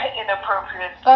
inappropriate